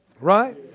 Right